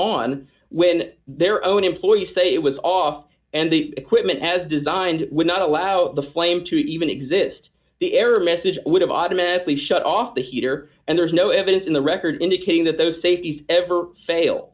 on when their own employees say it was off and the equipment as designed would not allow the flame to even exist the error message would have automatically shut off the heater and there's no evidence in the record indicating that those safeties ever fail